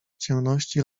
ciemności